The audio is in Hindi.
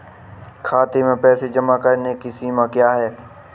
खाते में पैसे जमा करने की सीमा क्या है?